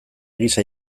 gisa